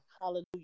hallelujah